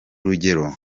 urugero